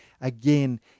again